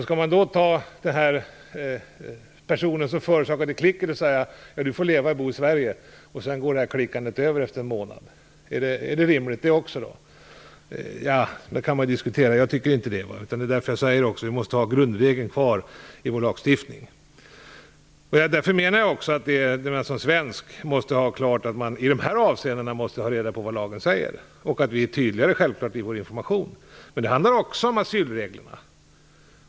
Skall man då till personen som förorsakade klicket säga: Du får leva och bo i Sverige. Efter en månad går klicket över. Är det rimligt? Det kan man diskutera. Jag tycker inte det. Det är därför jag säger att vi måste ha grundregeln kvar i vår lagstiftning. Därför menar jag också att man även som svensk måste ha klart för sig vad lagen säger i de här avseendena. Vi måste självfallet vara tydligare i vår information. Men det handlar också om asylreglerna.